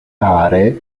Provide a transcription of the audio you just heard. aree